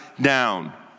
down